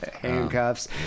handcuffs